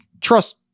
trust